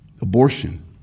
Abortion